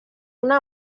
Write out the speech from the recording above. una